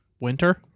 winter